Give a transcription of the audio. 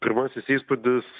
pirmasis įspūdis